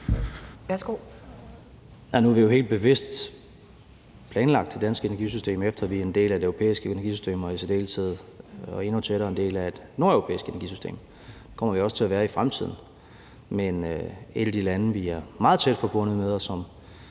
Nu har vi jo helt bevidst planlagt det danske energisystem efter, at vi er en del af det europæiske energisystem og i særdeleshed og endnu tættere en del af et nordeuropæisk energisystem, og det kommer vi også til at være i fremtiden. Et af de lande, som vi er meget tæt forbundet med,